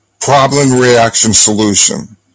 problem-reaction-solution